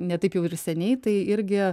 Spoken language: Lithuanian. ne taip jau ir seniai tai irgi